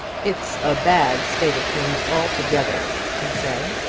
it's a bad state of things altogether, he said.